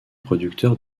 producteur